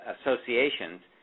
associations